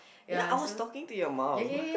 ya I was talking to your mum